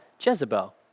Jezebel